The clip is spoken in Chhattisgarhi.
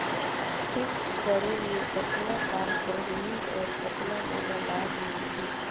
फिक्स्ड करे मे कतना साल कर हो ही और कतना मोला लाभ मिल ही?